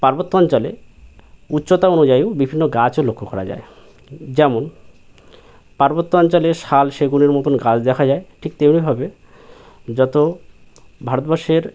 পার্বত্য অঞ্চলে উচ্চতা অনুযায়ীও বিভিন্ন গাছও লক্ষ্য করা যায় যেমন পার্বত্য অঞ্চলে শাল সেগুনের মতন গাছ দেখা যায় ঠিক তেমনিভাবে যত ভারতবর্ষের